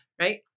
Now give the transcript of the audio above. Right